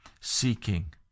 seeking